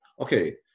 okay